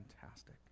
fantastic